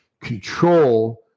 control